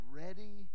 ready